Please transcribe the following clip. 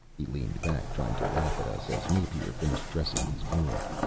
he leaned back, trying to laugh at us, as napier finished dressing his wound.